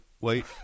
wait